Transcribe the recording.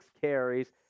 carries